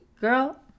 girl